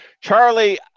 charlie